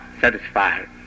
satisfied